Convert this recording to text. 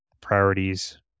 priorities